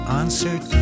answered